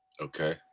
Okay